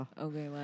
Okay